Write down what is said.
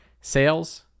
sales